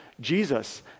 Jesus